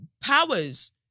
powers